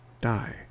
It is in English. die